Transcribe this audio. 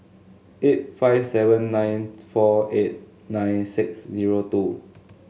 eight five seven nine four eight nine six zero two